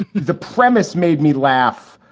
the premise made me laugh.